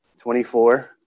24